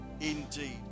indeed